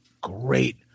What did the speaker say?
great